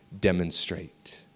demonstrate